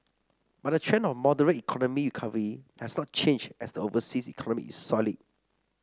but the trend of moderate has not changed as the overseas economy is solid